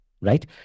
right